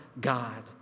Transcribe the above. God